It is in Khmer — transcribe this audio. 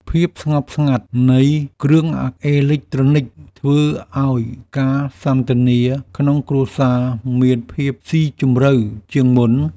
ភាពស្ងប់ស្ងាត់នៃគ្រឿងអេឡិចត្រូនិច ធ្វើឱ្យការសន្ទនាក្នុងគ្រួសារមានភាពស៊ីជម្រៅជាងមុន។